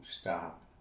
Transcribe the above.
stop